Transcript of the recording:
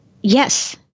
Yes